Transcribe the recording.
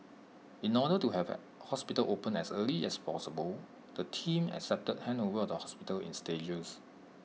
in order to have hospital opened as early as possible the team accepted handover of the hospital in stages